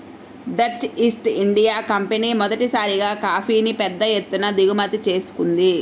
Dutch East India Company మొదటిసారిగా కాఫీని పెద్ద ఎత్తున దిగుమతి చేసుకుంది